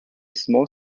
small